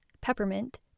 peppermint